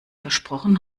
versprochen